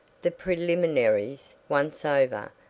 the preliminaries once over,